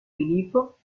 filippo